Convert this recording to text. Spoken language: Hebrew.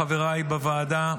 לחבריי בוועדה,